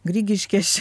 grigiškės čia